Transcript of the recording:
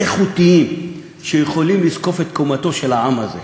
איכותיים, שיכולים לזקוף את קומתו של העם הזה.